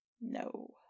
No